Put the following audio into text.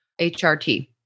HRT